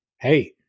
hey